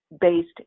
based